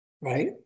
right